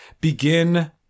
begin